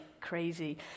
crazy